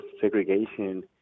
segregation